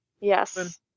yes